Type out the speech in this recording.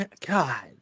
God